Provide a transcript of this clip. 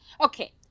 Okay